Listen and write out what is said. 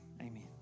amen